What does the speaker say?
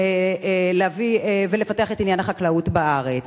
להביא ולפתח את עניין החקלאות בארץ.